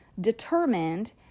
determined